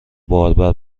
باربر